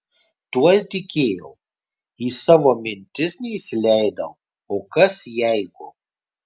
tuo ir tikėjau į savo mintis neįsileidau o kas jeigu